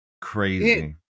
crazy